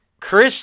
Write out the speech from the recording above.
Chris